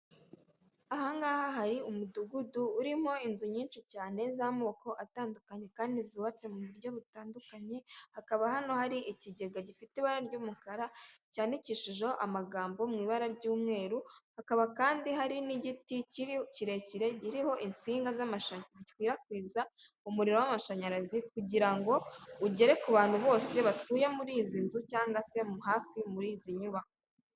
Aha ngaha hari umudugudu urimo inzu nyinshi cyane z'amoko atandukanye kandi zubatse mu buryo butandukanye ,hakaba hano hari ikigega gifite ibara ry'umukara cyandikishijeho amagambo mu ibara ry'umweru hakaba kandi hari n'igiti kinini kirekire kiriho insinga z'amashanyarazi zikwirakwiza umuriro w'amashanyarazi kugira ngo ugere ku bantu bose batuye muri izi nzu cyangwa se hafi muri izi nyubako.